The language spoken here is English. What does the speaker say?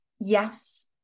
yes